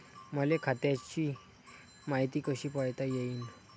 मले खात्याची मायती कशी पायता येईन?